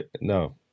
no